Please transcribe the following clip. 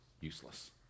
useless